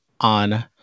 on